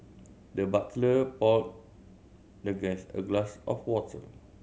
the butler poured the guest a glass of water